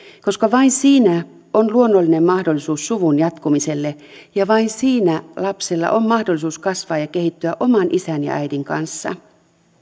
koska vain siinä on luonnollinen mahdollisuus suvun jatkumiselle ja vain siinä lapsella on mahdollisuus kasvaa ja kehittyä oman isän ja äidin kanssa